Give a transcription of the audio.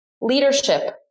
leadership